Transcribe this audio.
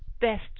best